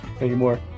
anymore